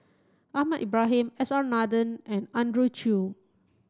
Ahmad Ibrahim S R Nathan and Andrew Chew